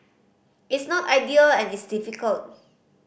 it's not ideal and it's difficult